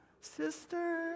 sister